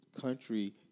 country